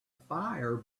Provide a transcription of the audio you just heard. fire